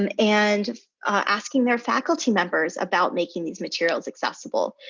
um and asking their faculty members about making these materials accessible.